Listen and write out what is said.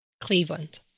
Cleveland